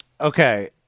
okay